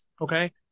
Okay